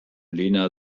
lena